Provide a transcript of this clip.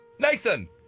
Nathan